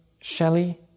Shelley